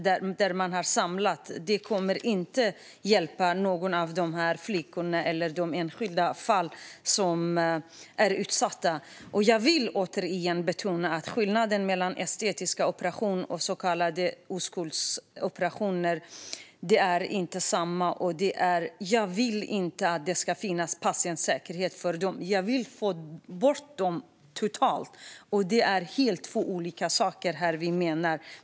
Det kommer inte att hjälpa någon av de här flickorna eller de enskilda fall som är utsatta. Jag vill återigen betona skillnaden mellan estetiska operationer och så kallade oskuldsoperationer. Det är inte samma sak. Jag vill inte att det ska finnas patientsäkerhet för dem. Jag vill få bort dem helt. Det är två helt olika saker vi menar.